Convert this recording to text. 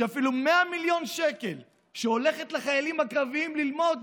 אפילו 100 מיליון שקל שהולכים לחיילים הקרביים ללמוד,